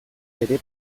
ere